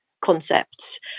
concepts